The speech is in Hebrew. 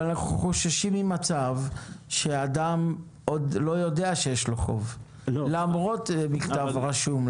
אבל אנחנו חוששים ממצב שאדם לא יודע שיש לו חוב למרות מכתב רשום.